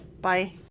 bye